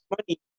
money